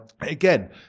Again